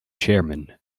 chairman